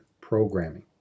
programming